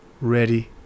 ready